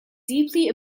deeply